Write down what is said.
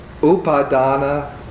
upadana